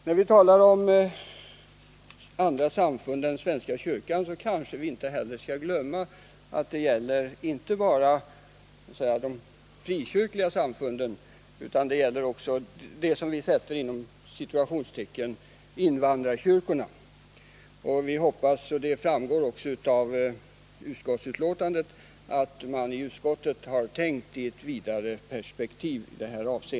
När vi talar om andra samfund än svenska kyrkan kanske vi inte skall glömma att det inte bara gäller de frikyrkliga samfunden utan även ”invandrarkyrkorna”. Det framgår också av utskottsbetänkandet att man inom utskottet i det avseendet tänkt i ett vidare perspektiv.